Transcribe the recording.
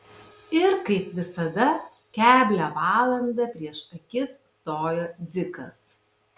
ir kaip visada keblią valandą prieš akis stojo dzikas